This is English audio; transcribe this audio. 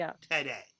today